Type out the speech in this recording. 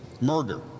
murder